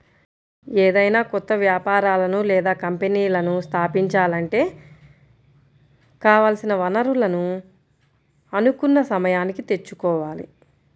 ఏదైనా కొత్త వ్యాపారాలను లేదా కంపెనీలను స్థాపించాలంటే కావాల్సిన వనరులను అనుకున్న సమయానికి తెచ్చుకోవాలి